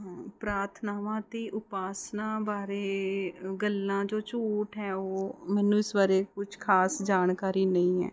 ਪ੍ਰਾਥਨਾਵਾਂ ਅਤੇ ਉਪਾਸਨਾ ਬਾਰੇ ਗੱਲਾਂ ਜੋ ਝੂਠ ਹੈ ਉਹ ਮੈਨੂੰ ਇਸ ਬਾਰੇ ਕੁਛ ਖਾਸ ਜਾਣਕਾਰੀ ਨਹੀਂ ਹੈ